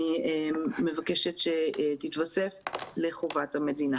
אני מבקשת שתתווסף לחובת המדינה.